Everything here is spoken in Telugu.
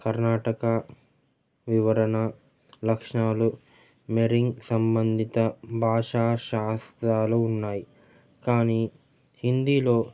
కర్ణాటక వివరణ లక్షణాలు మెరింగ్ సంబంధిత భాషా శాస్త్రాలు ఉన్నాయి కానీ హిందీలో